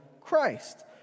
Christ